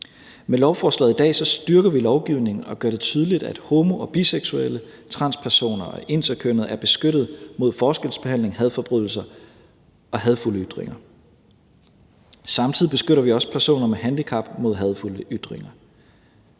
Med lovforslaget i dag styrker vi lovgivningen og gør det tydeligt, at homo- og biseksuelle, transpersoner og interkønnede er beskyttet mod forskelsbehandling, hadforbrydelser og hadefulde ytringer. Samtidig beskytter vi også personer med handicap mod hadefulde ytringer.